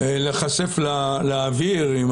להיחשף לאוויר עם